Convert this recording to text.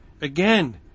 Again